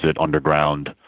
underground